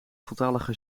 voltallige